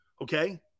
okay